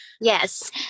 yes